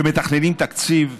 כשמתכננים תקציב,